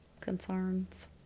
Concerns